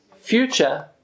future